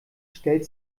stellt